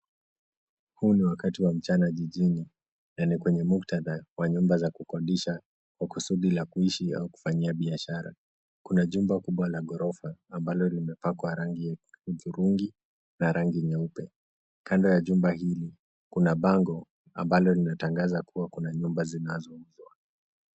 Huu ni wakati wa mchana jijini na ni kwenye muktadha wa nyumba za kukodisha kwa kusudi la kuishi au kufanyia biashara. Kuna jumba kubwa la ghorofa ambalo limepakwa rangi la hudhurungi na rangi nyeupe. Kando ya jumba hili kuna bango ambalo linatangaza kuwa kuna nyumba zinazouzwa.